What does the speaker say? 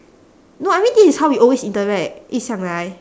no I mean this is how we always interact 一向来